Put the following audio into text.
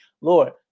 lord